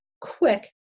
quick